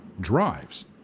drives